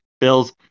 Bills